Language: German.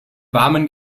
warmen